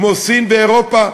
כמו סין ואירופה,